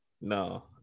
No